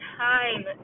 time